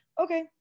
okay